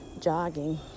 jogging